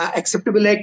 acceptable